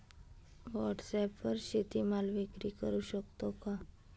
व्हॉटसॲपवर शेती माल विक्री करु शकतो का?